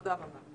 תודה רבה.